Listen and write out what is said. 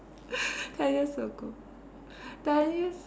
ten years ago ten years